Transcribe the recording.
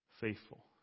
Faithful